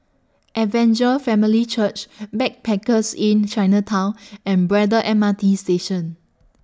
Evangel Family Church Backpackers Inn Chinatown and Braddell M R T Station